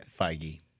Feige